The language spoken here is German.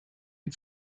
ihn